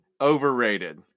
Overrated